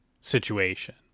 situation